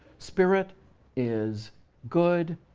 spirit is good.